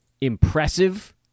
impressive